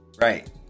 Right